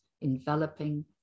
enveloping